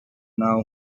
now